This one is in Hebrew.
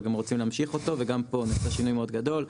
להמשיך אותו וגם פה נעשה שינוי מאוד גדול,